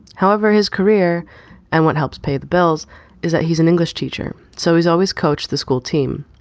however, his career and what helps pay the bills is that he's an english teacher. so he's always coached the school team.